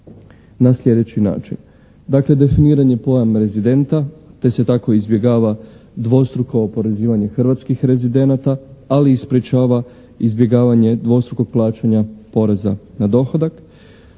na sljedeći način. Dakle, definiran je pojam rezidenta te se tako izbjegava dvostruko oporezivanje hrvatskih rezidenata, ali i sprečava izbjegavanje dvostrukog plaćanja poreza na dohodak.